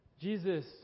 Jesus